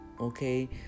okay